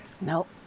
Nope